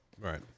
Right